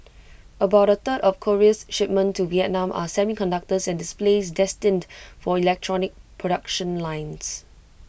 about A third of Korea's shipments to Vietnam are semiconductors and displays destined for electronics production lines